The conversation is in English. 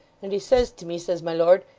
and he says to me, says my lord,